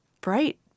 bright